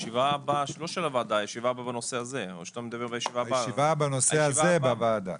הישיבה ננעלה בשעה